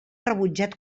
rebutjat